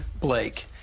Blake